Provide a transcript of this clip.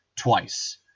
twice